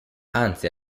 anzi